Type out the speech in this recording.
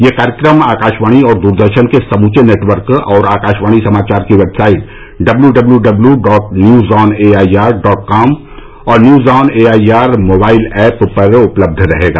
यह कार्यक्रम आकाशवाणी और दूरदर्शन के समूचे नेटवर्क और आकाशवाणी समाचार की website W W W dot news on A I R dot com और news on A I R mobile app पर उपलब्ध रहेगा